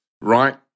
right